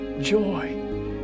joy